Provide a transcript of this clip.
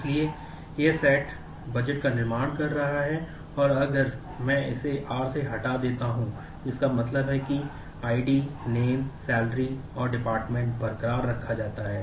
तो आप इसे α U β से बदल देते हैं